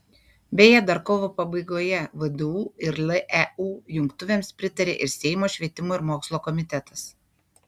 beje dar kovo pabaigoje vdu ir leu jungtuvėms pritarė ir seimo švietimo ir mokslo komitetas